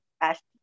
ask